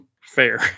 Fair